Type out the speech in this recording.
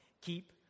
Keep